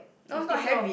it takes a lot of